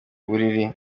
buriri